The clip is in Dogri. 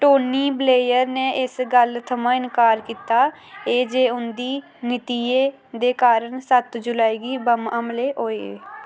टोनी ब्लेयर ने इस गल्ल थमां इन्कार कीता ऐ जे उं'दी नीतियें दे कारण सत्त जुलाई गी बंब हमले होए